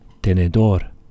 tenedor